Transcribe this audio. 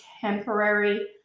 temporary